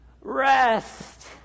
rest